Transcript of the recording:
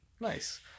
Nice